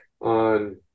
on